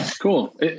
Cool